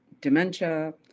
dementia